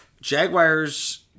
Jaguars